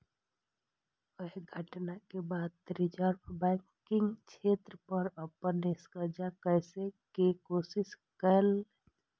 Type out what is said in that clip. अय घटना के बाद रिजर्व बैंक बैंकिंग क्षेत्र पर अपन शिकंजा कसै के कोशिश केलकै